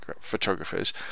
photographers